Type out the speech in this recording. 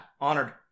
Honored